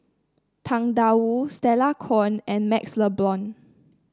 Tang Da Wu Stella Kon and MaxLe Blond